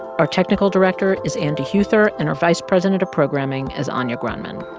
our technical director is andy huether and our vice president of programming is anya grundmann.